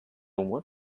what